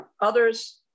others